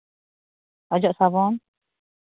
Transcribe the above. ᱚᱡᱚᱜ ᱥᱟᱵᱚᱱ